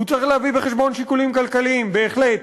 הוא צריך להביא בחשבון שיקולים כלכליים, בהחלט,